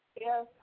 Yes